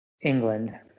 England